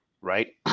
right